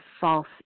false